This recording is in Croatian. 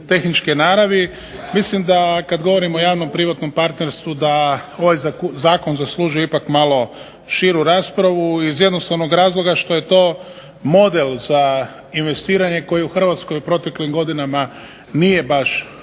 tehničke naravi, mislim da kad govorimo o javno-privatnom partnerstvu da ovaj zakon zaslužuje ipak malo širu raspravu iz jednostavnog razloga što je to model za investiranje koji u Hrvatskoj u proteklim godinama nije baš